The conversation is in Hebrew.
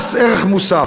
מס ערך מוסף,